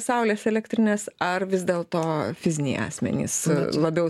saulės elektrines ar vis dėlto fiziniai asmenys labiau